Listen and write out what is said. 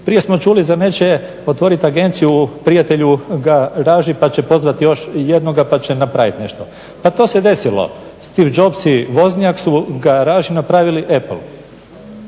Prije smo čuli zar neće otvorit agenciju prijatelj u garaži pa će pozvati još jednoga pa će napravit nešto. Pa to se desilo. Steve Jobs i Vozniack su u garaži napravili Apple.